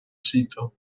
sito